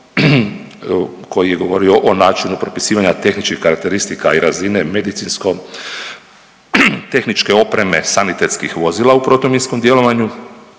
koji je govorio o načinu propisivanja tehničkih karakteristika i razine medicinsko-tehničke opreme sanitetskih vozila u protuminskom djelovanju,